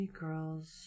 girls